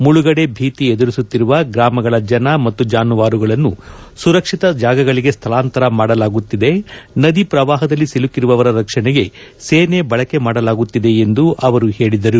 ಮುಳುಗಡೆ ಭೀತಿ ಎದುರಿಸುತ್ತಿರುವ ಗ್ರಾಮಗಳ ಜನ ಮತ್ತು ಜಾನುವಾರುಗಳನ್ನು ಸುರಕ್ವಿತ ಜಾಗಗಳಗೆ ಸ್ವಳಾಂತರ ಮಾಡಲಾಗುತ್ತಿದೆ ನದಿ ಪ್ರವಾಹದಲ್ಲಿ ಸಿಲುಕಿರುವವರ ರಕ್ಷಣೆಗೆ ಸೇನೆ ಬಳಕೆ ಮಾಡಲಾಗುತ್ತಿದೆ ಎಂದು ಅವರು ಹೇಳಿದರು